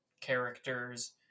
characters